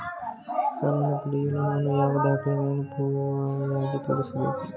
ಸಾಲವನ್ನು ಪಡೆಯಲು ನಾನು ಯಾವ ದಾಖಲೆಗಳನ್ನು ಪುರಾವೆಯಾಗಿ ತೋರಿಸಬೇಕು?